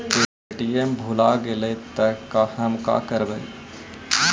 ATM भुला गेलय तब हम काकरवय?